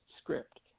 script